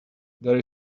there